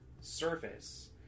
surface